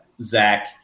Zach